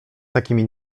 takimi